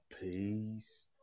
Peace